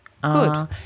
Good